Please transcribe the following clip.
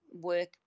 work